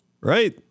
right